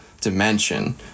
dimension